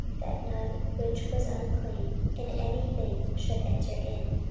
that none which was unclean in any thing should enter in.